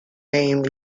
name